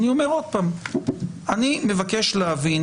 אני מבקש להבין,